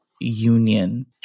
union